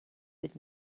would